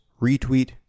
retweet